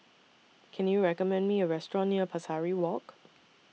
Can YOU recommend Me A Restaurant near Pesari Walk